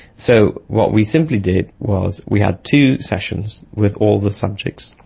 so what we simply did was we had two sessions with all the subjects.